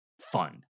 fun